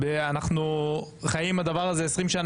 אנחנו חיים עם הדבר הזה 20 שנה,